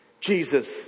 Jesus